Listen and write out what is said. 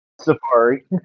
safari